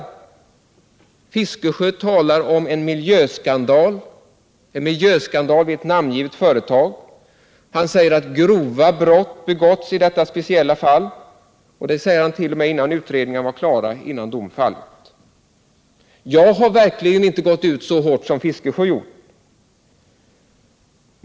Bertil Fiskesjö talar om en miljöskandal vid ett namngivet företag. Han säger att grova brott begåtts i detta speciella fall, och detta uttalade han t.o.m. innan utredningarna var klara och innan dom fallit. Jag har verkligen inte gått ut så hårt som Bertil Fiskesjö.